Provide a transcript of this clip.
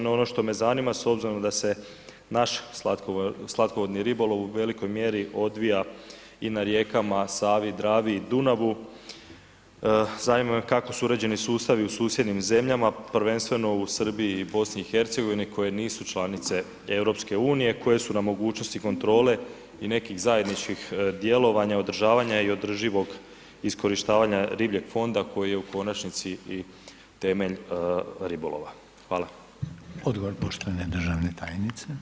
No, ono što me zanima, s obzirom da se naš slatkovodni ribolov u velikoj mjeri odvija i na rijekama Savi, Dravi i Dunavu, zanima me kako su uređeni sustavu u susjednim zemljama, prvenstveno u Srbiji i BiH koje nisu članice EU, koje su nam mogućnosti kontrole i nekih zajedničkih djelovanja, održavanja i održivog iskorištavanja ribljeg fonda koji je u konačnici i temelj ribolova.